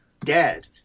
dead